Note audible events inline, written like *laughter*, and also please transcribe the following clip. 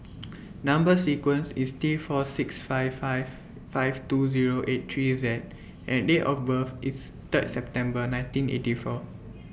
*noise* Number sequence IS T four six five five five two Zero eight three Z and Date of birth IS Third September nineteen eighty four *noise*